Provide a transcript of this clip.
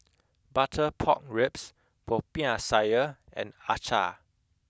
butter pork ribs popiah sayur and acar